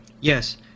Yes